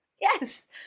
yes